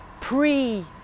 pre